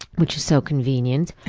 which is so convenient.